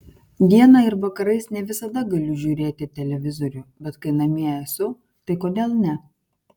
dieną ir vakarais ne visada galiu žiūrėti televizorių bet kai namie esu tai kodėl ne